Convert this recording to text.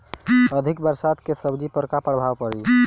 अधिक बरसात के सब्जी पर का प्रभाव पड़ी?